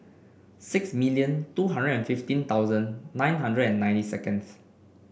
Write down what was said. six million two hundred and fifteen thousand nine hundred and ninety seconds